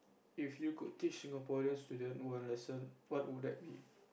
if you could teach Singaporean students one lesson what would that be